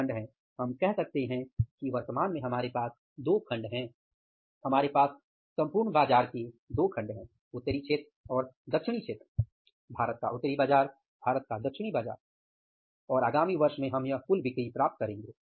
तो खण्ड है हम कह सकते हैं कि वर्तमान में हमारे पास दो खंड हैं हमारे पास सम्पूर्ण बाजार के दो खंड हैं उत्तरी क्षेत्र और दक्षिणी क्षेत्र भारत का उत्तरी बाजार भारत का दक्षिणी बाजार और आगामी वर्ष में हम यह कुल बिक्री प्राप्त करेंगे